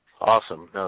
Awesome